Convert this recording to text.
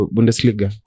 Bundesliga